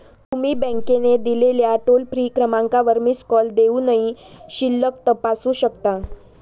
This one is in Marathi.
तुम्ही बँकेने दिलेल्या टोल फ्री क्रमांकावर मिस कॉल देऊनही शिल्लक तपासू शकता